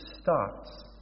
starts